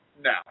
No